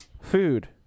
Food